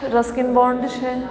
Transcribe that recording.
Ruskin Bond છે